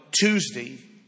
Tuesday